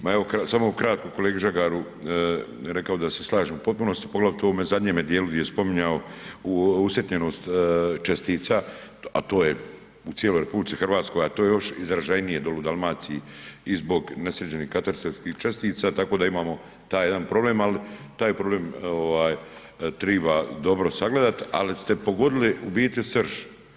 Ma evo, samo kratko, kolegi Žagaru, rekao je da se slaže u potpunosti poglavito u ovome zadnjemu dijelu gdje je spominjao usitnjenost čestica, a to je u cijeloj RH, a to je još izražajnije dolje u Dalmaciji i zbog nesređenih katastarskih čestica, tako da imamo taj jedan problem, ali taj problem triba dobro sagledati, ali ste pogodili u biti srž.